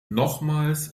nochmals